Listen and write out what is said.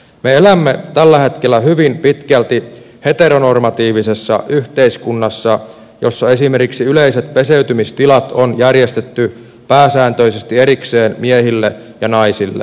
me elämme tällä hetkellä hyvin pitkälti heteronormatiivisessa yhteiskunnassa jossa esimerkiksi yleiset peseytymistilat on järjestetty pääsääntöisesti erikseen miehille ja naisille